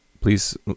please